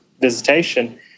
visitation